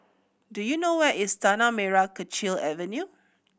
do you know where is Tanah Merah Kechil Avenue